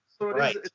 right